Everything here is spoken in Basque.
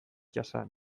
jasan